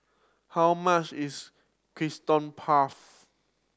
how much is Custard Puff